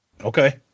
Okay